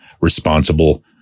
responsible